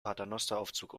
paternosteraufzug